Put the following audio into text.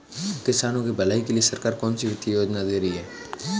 किसानों की भलाई के लिए सरकार कौनसी वित्तीय योजना दे रही है?